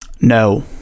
No